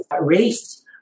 race